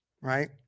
right